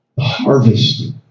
harvest